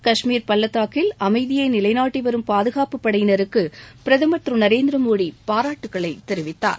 காஷ்மீர் பள்ளதாக்கில் அமைதியை நிலைநாட்டிவரும் பாதுகாப்புப் படையினருக்கு பிரதமர் திரு நரேந்திர மோடி பாராட்டுகளை தெரிவித்தார்